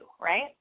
right